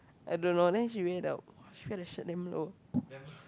I don't know then she wear the she wear the shirt damn low